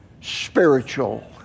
spiritual